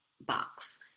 box